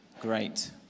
Great